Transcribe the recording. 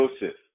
Joseph